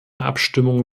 abstimmung